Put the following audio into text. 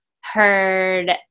heard